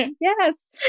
yes